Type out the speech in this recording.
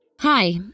Hi